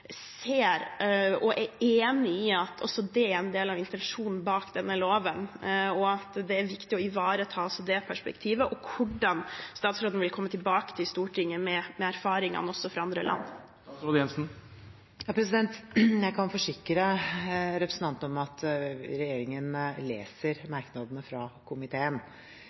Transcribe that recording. ser og er enig i at også det er en del av intensjonen bak denne loven, og at det er viktig å ivareta også det perspektivet. Jeg lurer også på hvordan statsråden vil komme tilbake til Stortinget med erfaringene, også dem fra andre land. Jeg kan forsikre representanten om at regjeringen leser merknadene fra komiteen.